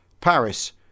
Paris